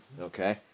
Okay